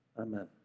Amen